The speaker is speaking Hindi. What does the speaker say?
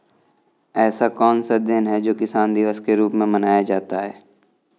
ऐसा कौन सा दिन है जो किसान दिवस के रूप में मनाया जाता है?